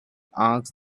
asked